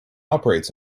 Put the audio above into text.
operates